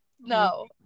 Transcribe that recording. no